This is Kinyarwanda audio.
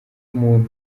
muntu